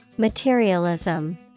Materialism